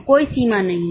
कोई सीमा नहीं है